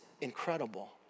incredible